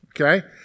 Okay